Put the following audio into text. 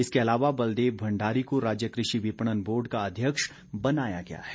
इसके अलावा बलदेव भंडारी को राज्य कृषि विपणन बोर्ड का अध्यक्ष बनाया गया है